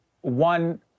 one